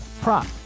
prop